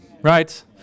right